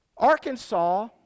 Arkansas